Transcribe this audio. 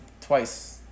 twice